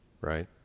right